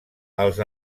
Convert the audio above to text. els